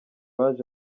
baje